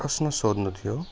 प्रश्न सोध्नु थियो